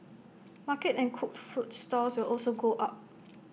market and cooked food stalls will also go up